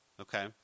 Okay